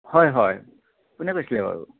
হয় হয় কোনে কৈছিলে বাৰু